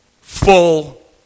full